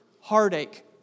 heartache